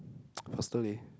faster leh